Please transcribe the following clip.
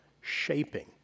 Shaping